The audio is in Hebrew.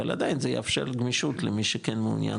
אבל עדיין זה יאפשר גמישות למי שכן מעוניין